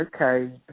okay